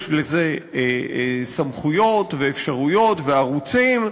יש לזה סמכויות ואפשרויות וערוצים.